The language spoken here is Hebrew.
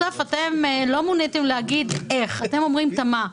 בסוף אתם לא מוניתם להגיד איך, אתם אומרים את המה.